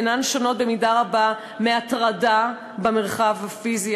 אינן שונות במידה רבה מהטרדה במרחב הפיזי